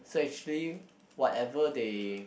so actually whatever they